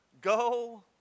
Go